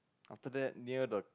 after that near the